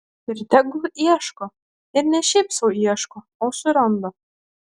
ir tegul ieško ir ne šiaip sau ieško o suranda